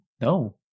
No